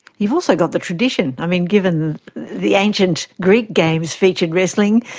you've also got the tradition. i mean, given the ancient greek games featured wrestling,